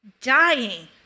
dying